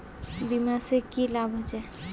बीमा से की लाभ होचे?